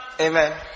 Amen